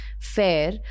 fair